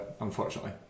Unfortunately